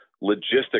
logistics